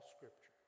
Scripture